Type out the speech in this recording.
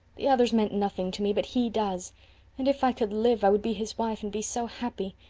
the others meant nothing to me, but he does and if i could live i would be his wife and be so happy.